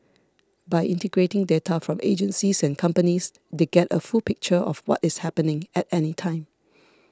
by integrating data from agencies and companies they get a full picture of what is happening at any time